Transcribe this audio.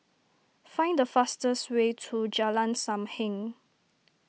find the fastest way to Jalan Sam Heng